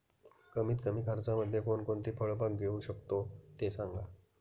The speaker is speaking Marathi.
कमीत कमी खर्चामध्ये कोणकोणती फळबाग घेऊ शकतो ते सांगा